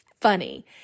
funny